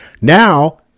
Now